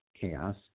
Chaos